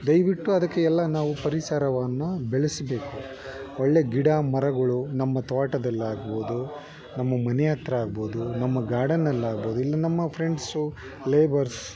ದಯವಿಟ್ಟು ಅದಕ್ಕೆ ಎಲ್ಲ ನಾವು ಪರಿಸರವನ್ನು ಬೆಳೆಸಬೇಕು ಒಳ್ಳೆ ಗಿಡ ಮರಗಳು ನಮ್ಮ ತೋಟದಲ್ಲಾಗ್ಬೋದು ನಮ್ಮ ಮನೆ ಹತ್ರ ಆಗ್ಬೋದು ನಮ್ಮ ಗಾರ್ಡನಲ್ಲಾಗ್ಬೋದು ಇಲ್ಲ ನಮ್ಮ ಫ್ರೆಂಡ್ಸು ಲೇಬರ್ಸ್